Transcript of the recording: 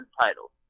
titles